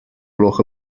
gloch